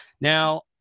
Now